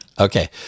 okay